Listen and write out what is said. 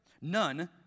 None